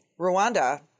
Rwanda